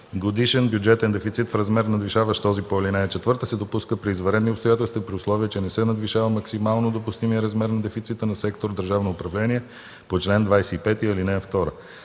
Годишен бюджетен дефицит в размер, надвишаващ този по ал. 4, се допуска при извънредни обстоятелства и при условие че не се надвишава максимално допустимият размер на дефицита на сектор „Държавно управление” по